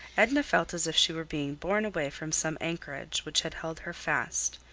edna felt as if she were being borne away from some anchorage which had held her fast,